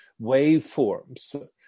waveforms